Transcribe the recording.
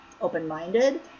open-minded